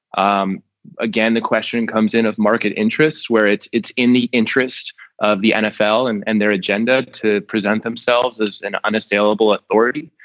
um again, the question comes in of market interests where it it's in the interests of the nfl and and their agenda to present themselves as an unassailable ah already.